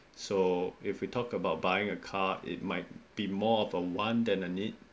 so if we talk about buying a car it might be more of a want than a need